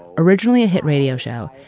originally a hit radio show,